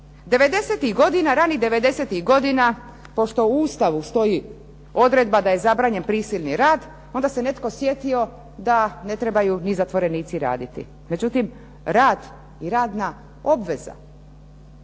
Ranih devedesetih godina pošto u Ustavu stoji odredba da je zabranjen prisilni rad, onda se netko sjetio da ne trebaju ni zatvorenici raditi. Međutim, rad i radna obveza